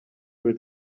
with